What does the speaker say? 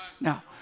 now